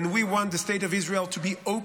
and we want the state of Israel to be open